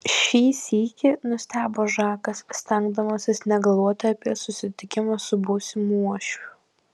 šį sykį nustebo žakas stengdamasis negalvoti apie susitikimą su būsimu uošviu